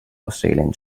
australian